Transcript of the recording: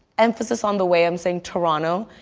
emphasis on the way i'm saying toronto.